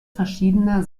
verschiedener